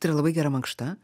tai yra labai gera mankšta